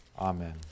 Amen